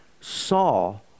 saw